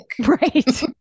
right